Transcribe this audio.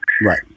Right